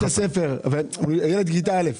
יש קייטנות.